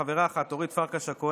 חברה אחת: אורית פרקש הכהן,